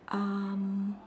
um